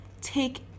take